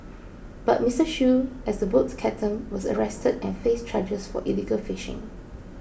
but Mister Shoo as the boat captain was arrested and faced charges for illegal fishing